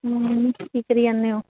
ਕੀ ਕਰੀ ਜਾਂਦੇ ਹੋ